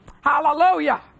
Hallelujah